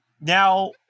Now